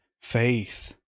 faith